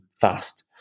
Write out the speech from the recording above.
fast